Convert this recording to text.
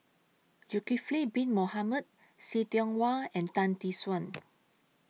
Zulkifli Bin Mohamed See Tiong Wah and Tan Tee Suan